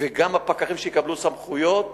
וגם הפקחים, שיקבלו סמכויות